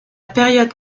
période